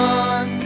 on